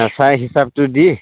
চাই হিচাপটো দি